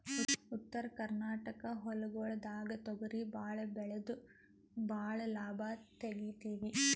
ಉತ್ತರ ಕರ್ನಾಟಕ ಹೊಲ್ಗೊಳ್ದಾಗ್ ತೊಗರಿ ಭಾಳ್ ಬೆಳೆದು ಭಾಳ್ ಲಾಭ ತೆಗಿತೀವಿ